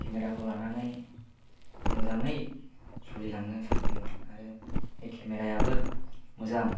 केमेराखौ लानानै मोजाङै सोलिलांनो सानदों आरो बे केमेरायाबो मोजां